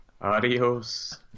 adios